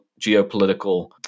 geopolitical